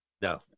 No